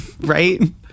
Right